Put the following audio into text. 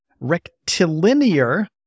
rectilinear